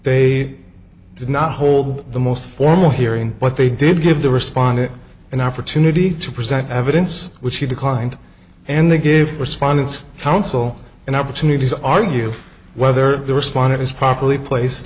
they did not hold the most formal hearing but they did give the respondent an opportunity to present evidence which he declined and they gave respondents counsel and opportunities argue whether the responder was properly place